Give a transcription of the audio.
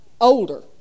older